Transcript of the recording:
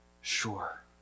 Sure